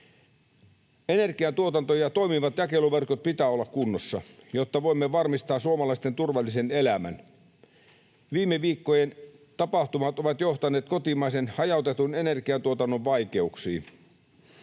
Energiantuotanto ja toimivat jakeluverkot pitää olla kunnossa, jotta voimme varmistaa suomalaisten turvallisen elämän. Viime viikkojen tapahtumat ovat johtaneet kotimaisen hajautetun energiantuotannon vaikeuksiin.